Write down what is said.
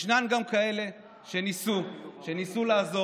ישנן גם כאלה שניסו לעזור,